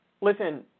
Listen